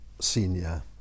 senior